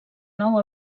nou